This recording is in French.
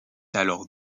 alors